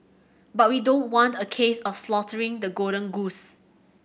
but we don't want a case of slaughtering the golden goose